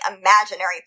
imaginary